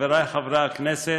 חברי חברי הכנסת,